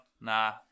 Nah